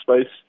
space